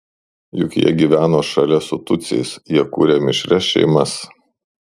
juk jie gyveno šalia su tutsiais jie kūrė mišrias šeimas